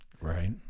Right